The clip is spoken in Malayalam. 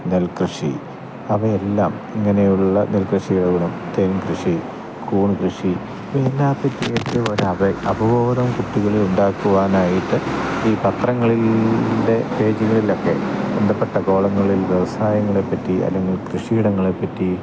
നെൽ കൃഷി അവയെല്ലാം ഇങ്ങനെയുള്ള നെൽ കൃഷികള് തേൻ കൃഷി കൂൺ കൃഷി അവബോധം കുട്ടികളിലുണ്ടാക്കുവാനായിട്ട് ഈ പത്രങ്ങളിളിലെ പേജുകളിലൊക്കെ ബന്ധപ്പെട്ട കോളങ്ങളിൽ വ്യവസായങ്ങളെ പറ്റി അല്ലെങ്കിൽ കൃഷി ഇടങ്ങളെ പറ്റി